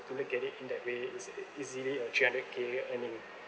to look at it in that way is easily a three hundred K earning